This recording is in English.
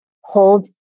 hold